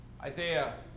Isaiah